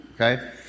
okay